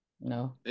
No